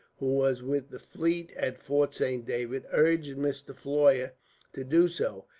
who was with the fleet at fort saint david, urged mr. floyer to do so,